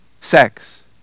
sex